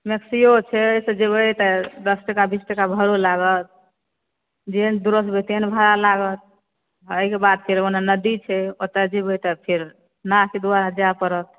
मैक्सीयो छै ओहिसँ जेबै तऽ दस टाका बीस टाका भाड़ो लागत जेहन दूरस जेबै तेहन भाड़ा लागत एहिके बाद फेर ओने नदी छै ओतय जेबै तऽ फेर नाव के द्वारा जाए पड़त